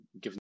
given